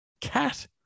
cat